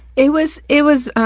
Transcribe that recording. it was, it was,